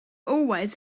always